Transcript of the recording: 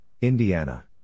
Indiana